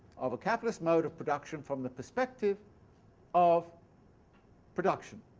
of a capitalist mode of production from the perspective of production.